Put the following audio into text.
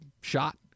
shot